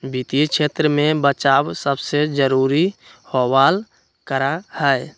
वित्तीय क्षेत्र में बचाव सबसे जरूरी होबल करा हई